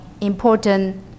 important